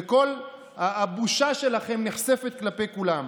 וכל הבושה שלכם נחשפת כלפי כולם.